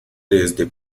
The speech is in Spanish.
desde